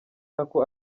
nako